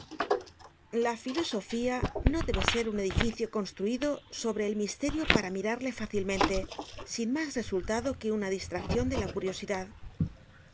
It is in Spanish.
la filosofía no debe ser un edificio construido sobre el misterio para mirarle fácilmente sin mas resultado que una distraccion de la curiosidad